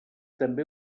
també